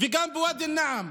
וגם בוואדי אל-נעם,